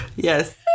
Yes